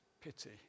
pity